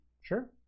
sure